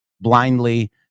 blindly